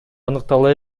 аныктала